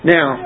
Now